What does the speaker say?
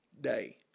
day